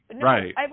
Right